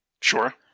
Sure